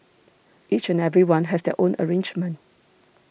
each and everyone has their own arrangement